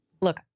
look